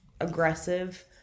aggressive